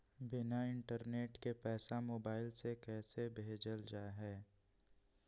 बिना इंटरनेट के पैसा मोबाइल से कैसे भेजल जा है?